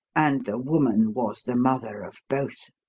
and the woman was the mother of both.